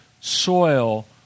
soil